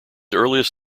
earliest